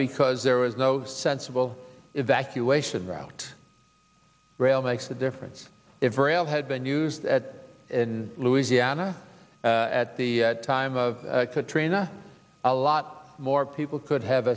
because there was no sensible evacuation route rail makes the difference if rail had been used at in louisiana at the time of katrina a lot more people could have